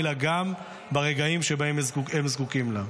אלא גם ברגעים שבהם הם זקוקים לה.